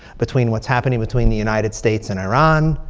between what's happening between the united states and iran,